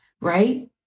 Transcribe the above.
right